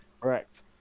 correct